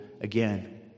again